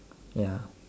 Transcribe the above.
ya